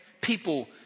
people